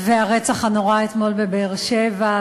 והרצח הנורא אתמול בבאר-שבע,